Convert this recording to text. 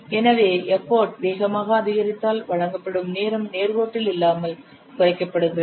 எனவே எஃபர்ட் வேகமாக அதிகரித்தால் வழங்கப்பட்ட நேரம் நேர்கோட்டில் இல்லாமல் குறைக்கப்படுகிறது